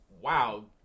wow